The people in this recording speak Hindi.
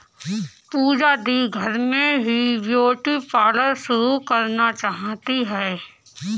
पूजा दी घर में ही ब्यूटी पार्लर शुरू करना चाहती है